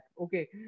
Okay